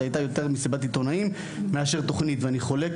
זה הייתה יותר מסיבת עיתונאים מאשר תוכנית ואני חולק,